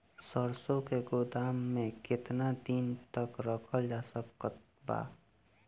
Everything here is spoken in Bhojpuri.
सरसों के गोदाम में केतना दिन तक रखल जा सकत बा?